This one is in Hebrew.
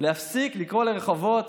להפסיק לקרוא לרחובות